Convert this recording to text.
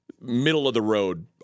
Middle-of-the-road